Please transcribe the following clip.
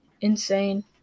insane